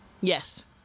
Yes